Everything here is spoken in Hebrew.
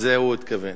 לזה הוא התכוון.